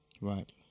Right